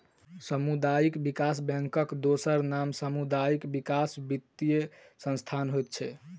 सामुदायिक विकास बैंकक दोसर नाम सामुदायिक विकास वित्तीय संस्थान होइत छै